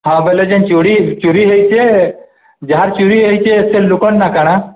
ହଁ ବୋଇଲେ ଯେନ୍ ଚୁରି ଚୋରି ହେଇଚେ ଯାହାର ଚୁରି ହେଇଚେ ସେ ଲୁକନ୍ ନା କାଣା